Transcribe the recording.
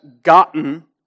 gotten